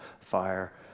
Fire